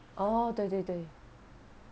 orh 对对对